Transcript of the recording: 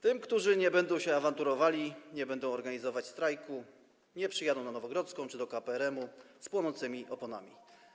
Tym, którzy nie będą się awanturowali, nie będą organizować strajku, nie przyjadą na Nowogrodzką czy do KPRM-u z płonącymi oponami.